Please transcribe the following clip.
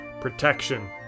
protection